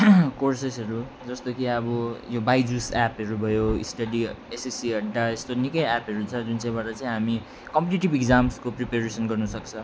कोर्सेसहरू जस्तो कि अब यो बाइजुस एपहरू भयो स्टडी एसएससी अड्डा यस्तो निकै एपहरू छ जुन चाहिँबाट चाहिँ हामी कम्पिटिटिभ एक्जाम्सको प्रिपेरेसन गर्न सक्छ